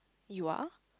you are